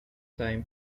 time